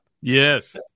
Yes